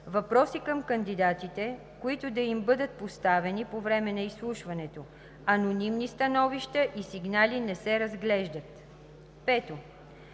въпроси към кандидатите, които да им бъдат поставени по време на изслушването. Анонимни становища и сигнали не се разглеждат. 5.